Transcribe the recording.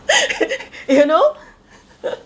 you know